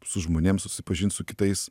su žmonėm susipažint su kitais